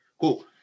Cool